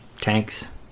tanks